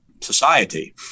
society